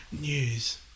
news